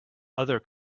other